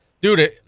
Dude